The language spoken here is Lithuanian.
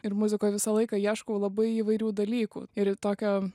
ir muzikoj visą laiką ieškau labai įvairių dalykų ir tokio